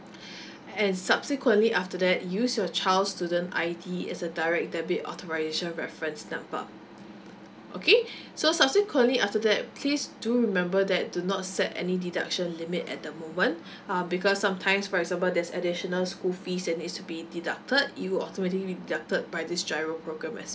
and subsequently after that use your child student I_D as a direct debit authorization reference number okay so subsequently after that please do remember that do not set any deduction limit at the moment uh because sometimes for example there's additional school fees and it's to be deducted you automatically be deducted by this G_I_R_O as well